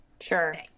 Sure